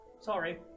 Sorry